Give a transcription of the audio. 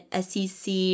SEC